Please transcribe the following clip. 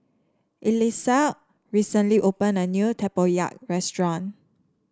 Elissa recently opened a new tempoyak restaurant